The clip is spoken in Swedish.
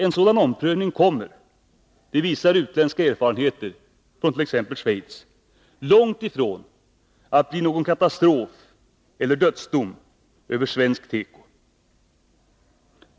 En sådan omprövning kommer — det visar utländska erfarenheter, t.ex. från Schweiz— långt ifrån att bli någon katastrof eller dödsdom över svensk teko.